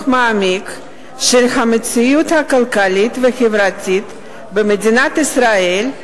מעמיק של המציאות הכלכלית והחברתית במדינת ישראל,